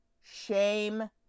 shame